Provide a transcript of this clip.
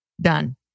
Done